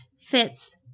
fits